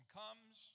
comes